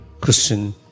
Christian